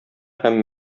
һәм